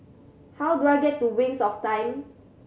how do I get to Wings of Time